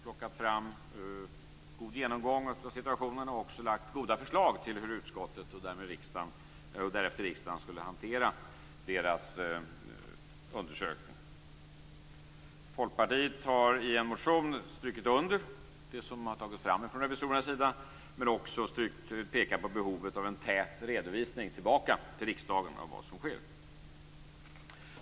De har gjort en god genomgång av situationen och också lagt fram goda förslag till hur utskottet och därefter riksdagen skulle hantera deras undersökning. Folkpartiet har i en motion strukit under det som har tagits fram från revisorernas sida men också pekat på behovet av en tät redovisning tillbaka till riksdagen om vad som sker.